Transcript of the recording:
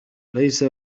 ليس